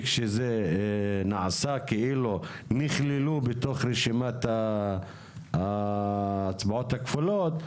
שזה נעשה כאילו נכללו בתוך רשימת ההצבעות הכפולות,